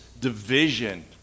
division